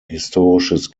historisches